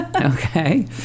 Okay